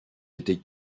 était